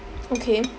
okay